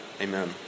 amen